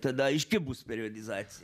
tada aiški bus periodizacija